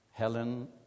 Helen